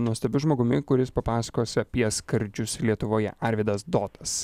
nuostabiu žmogumi kuris papasakos apie skardžius lietuvoje arvydas dotas